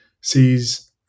sees